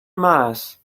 mass